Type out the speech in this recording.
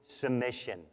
submission